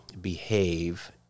behave